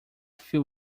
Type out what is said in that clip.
few